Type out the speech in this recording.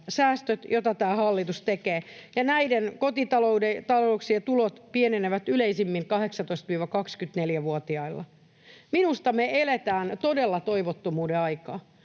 säästöt, joita tämä hallitus tekee, ja näiden kotitalouksien tulot pienenevät yleisimmin 18—24-vuotiailla. Minusta me eletään todella toivottomuuden aikaa.